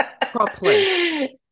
Properly